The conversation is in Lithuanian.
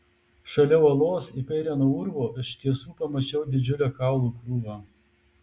šalia uolos į kairę nuo urvo iš tiesų pamačiau didžiulę kaulų krūvą